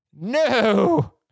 No